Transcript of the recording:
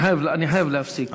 אני חייב להפסיק.